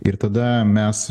ir tada mes